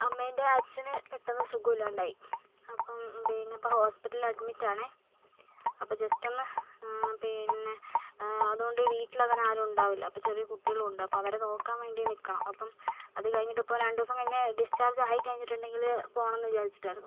അമ്മേൻ്റെ അച്ഛന് പെട്ടെന്ന് സുഖമില്ലാണ്ടായി അപ്പം പിന്നെ ഇപ്പോൾ ഹോസ്പിറ്റലിൽ അഡ്മിറ്റ് ആണേ അപ്പം ജസ്റ്റ് ഒന്ന് പിന്നെ അത് കൊണ്ട് വീട്ടിൽ അങ്ങനെ ആരും ഉണ്ടാകില്ല അപ്പോൾ ചെറിയ കുട്ടികളും ഉണ്ട് അപ്പോൾ അവരെ നോക്കാൻ വേണ്ടി നിൽക്കണം അപ്പം അതുകഴിഞ്ഞിട്ട് ഇപ്പോൾ രണ്ട് ദിവസം കഴിഞ്ഞ് ഡിസ്ചാർജ് ആയി കഴിഞ്ഞിട്ടുണ്ടെങ്കിൽ പോകണം എന്ന് വിചാരിച്ചിട്ടുണ്ടായിരുന്നു